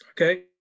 Okay